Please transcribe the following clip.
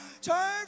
turn